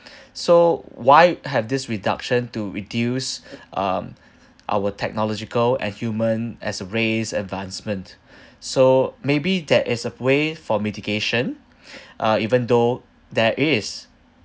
so why have this reduction to reduce um our technological and human as a race advancement so maybe that is a way for mitigation uh even though there is